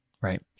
right